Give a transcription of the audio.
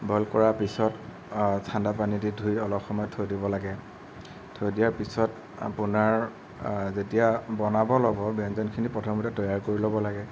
boil কৰাৰ পিছত ঠাণ্ডা পানীদি ধুই অলপ সময় থৈ দিব লাগে থৈ দিয়াৰ পিছত আপোনাৰ যেতিয়া বনাব ল'ব ব্যঞ্জনখিনি প্ৰথমতে তৈয়াৰ কৰি ল'ব লাগে